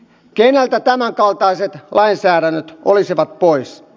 keneltä tämänkaltaiset lainsäädännöt olisivat pois